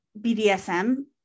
BDSM